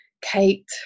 Kate